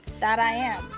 that i am.